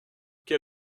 quel